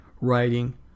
writing